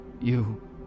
You